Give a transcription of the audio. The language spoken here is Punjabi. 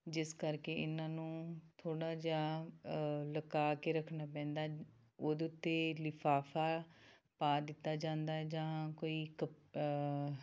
ਜਿਸ ਕਰਕੇ ਇਹਨਾਂ ਨੂੰ ਥੋੜ੍ਹਾ ਜਿਹਾ ਲੁਕਾ ਕੇ ਰੱਖਣਾ ਪੈਂਦਾ ਉਹਦੇ ਉੱਤੇ ਲਿਫਾਫਾ ਪਾ ਦਿੱਤਾ ਜਾਂਦਾ ਹੈ ਜਾਂ ਕੋਈ ਕੱਪ